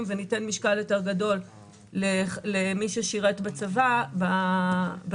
וניתן משקל יותר גדול למי ששירת בצבא בזכאות.